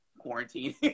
Quarantine